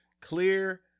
Clear